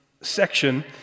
section